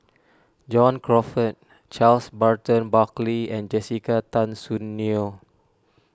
John Crawfurd Charles Burton Buckley and Jessica Tan Soon Neo